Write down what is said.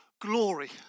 glory